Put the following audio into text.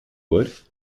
wood